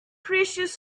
precious